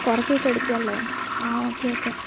കുറച്ച് ദിവസം എടുക്കും അല്ലേ ആ ഓക്കെ ഓക്കെ